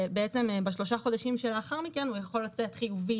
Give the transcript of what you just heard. בשלושה חודשים שלאחר מכן הוא יכול לצאת חיובי